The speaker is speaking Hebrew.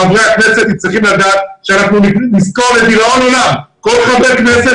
חברי הכנסת צריכים לדעת שאנחנו נזכור לדראון עולם כל חבר כנסת